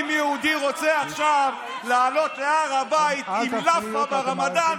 שאם יהודי רוצה עכשיו לעלות להר הבית עם לאפה ברמדאן,